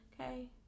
Okay